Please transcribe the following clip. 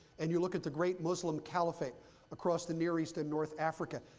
and you look at the great muslim caliphate across the near east and north africa,